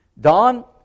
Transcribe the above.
Don